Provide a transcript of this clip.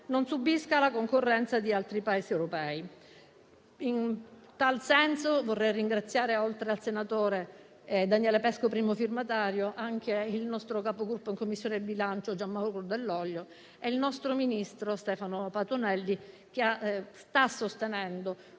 non subisca la concorrenza di altri Paesi europei. In tal senso, vorrei ringraziare, oltre al senatore Daniele Pesco, primo firmatario, anche il nostro capogruppo in Commissione bilancio Gianmauro Dell'Olio e il nostro ministro Stefano Patuanelli, che sta sostenendo